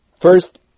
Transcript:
first